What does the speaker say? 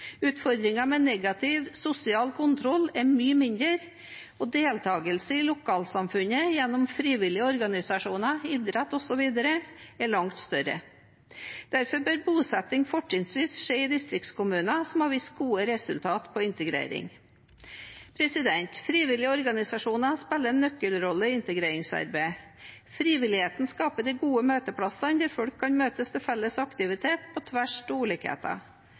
utfordringer med negativ sosial kontroll er mye mindre, og deltakelsen i lokalsamfunnet gjennom frivillige organisasjoner, idrett osv. er langt større. Derfor bør bosetting fortrinnsvis skje i distriktskommuner som har vist gode resultater på integrering. Frivillige organisasjoner spiller en nøkkelrolle i integreringsarbeidet. Frivilligheten skaper de gode møteplassene der folk kan møtes til felles aktivitet, på tvers av ulikheter.